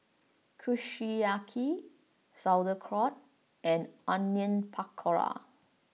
Kushiyaki Sauerkraut and Onion Pakora